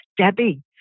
Debbie